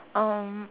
um